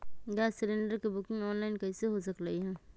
Gas cylinder के booking online कईसे हो सकलई ह?